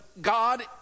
God